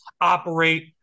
operate